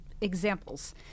examples